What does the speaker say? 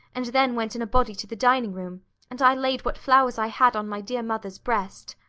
and then went in a body to the dining-room and i laid what flowers i had on my dear mother's breast.